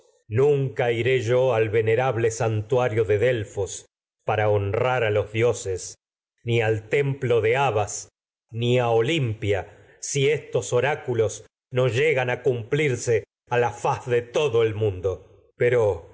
nunca iré yo al vene santuario de rable delfos para honrar a los dioses ni al templo gan de abas ni a olimpia si estos oráculos no lle a cumplirse a la faz de todo el mundo pero